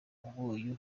umunyu